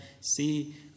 see